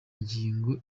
ngingo